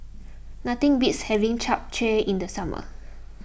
nothing beats having Chap Chai in the summer